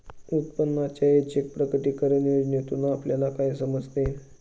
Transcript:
उत्पन्नाच्या ऐच्छिक प्रकटीकरण योजनेतून आपल्याला काय समजते?